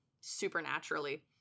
supernaturally